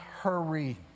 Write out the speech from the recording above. hurry